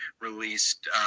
released